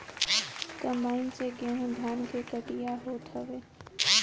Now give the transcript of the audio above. combine से गेंहू धान के कटिया होत हवे